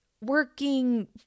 working